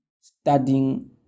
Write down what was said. studying